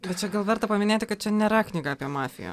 bet čia gal verta paminėti kad čia nėra knyga apie mafiją